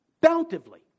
bountifully